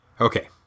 Okay